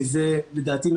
לדעתי,